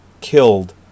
killed